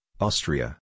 Austria